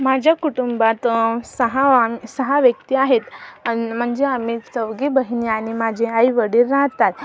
माझ्या कुटुंबात सहा सहा व्यक्ती आहेत म्हणजे आम्ही चौघी बहिणी आणि माझे आई वडील राहतात